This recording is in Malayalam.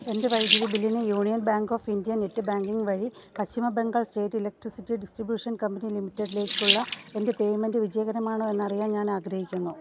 എൻ്റെ വൈദ്യുതി ബില്ലിന് Union Bank of India net banking വഴി Paschim Bangal state electricity distribution company ലിമിറ്റഡിലേക്കുള്ള എൻ്റെ പേയ്മെൻ്റ് വിജയകരമാണോ എന്നറിയാൻ ഞാനാഗ്രഹിക്കുന്നു